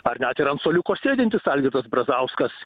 ar net ir an suoliuko sėdintis algirdas bradauskas